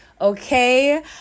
okay